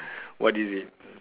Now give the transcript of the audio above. what is it